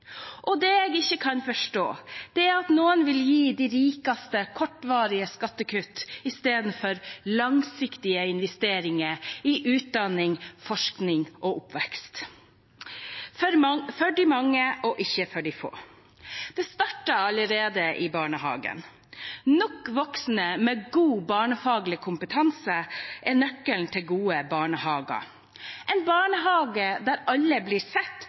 samfunnet. Det jeg ikke kan forstå, er at noen vil gi de rikeste kortsiktige skattekutt istedenfor langsiktige investeringer i utdanning, forskning og oppvekst – for de mange og ikke for de få. Det starter allerede i barnehagen. Nok voksne med god barnefaglig kompetanse er nøkkelen til gode barnehager – en barnehage der alle blir sett